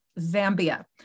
Zambia